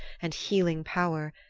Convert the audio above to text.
and healing power,